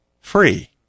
free